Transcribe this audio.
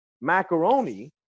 macaroni